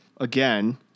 again